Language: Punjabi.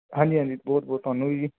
ਹਾਂਜੀ ਹਾਂਜੀ ਬਹੁਤ ਬਹੁਤ ਤੁਹਾਨੂੰ ਵੀ ਜੀ